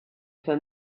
for